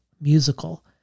musical